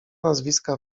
nazwiska